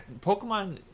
Pokemon